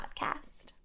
podcast